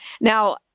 Now